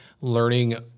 learning